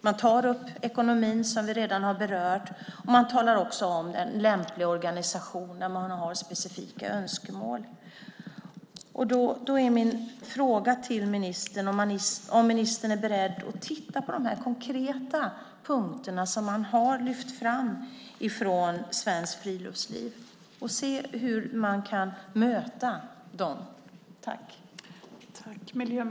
Man tar upp ekonomin, som vi redan har berört, och man talar också om en lämplig organisation när man har specifika önskemål. Då är min fråga till ministern: Är ministern beredd att titta på de här konkreta punkterna som Svenskt Friluftsliv har lyft fram för att se hur man kan möta dem?